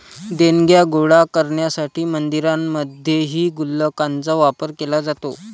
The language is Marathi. देणग्या गोळा करण्यासाठी मंदिरांमध्येही गुल्लकांचा वापर केला जातो